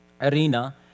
arena